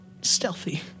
stealthy